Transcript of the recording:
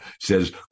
says